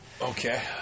okay